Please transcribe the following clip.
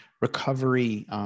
recovery